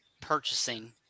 purchasing